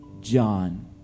John